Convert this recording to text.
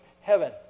heaven